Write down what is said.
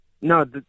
No